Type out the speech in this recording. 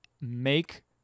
make